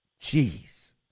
Jeez